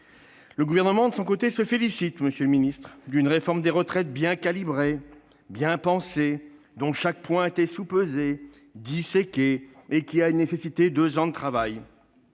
Le Gouvernement, de son côté, se félicite d'une réforme des retraites bien calibrée, bien pensée, dont chaque point a été soupesé, disséqué, et qui a nécessité deux ans de travail